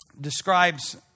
describes